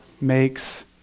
makes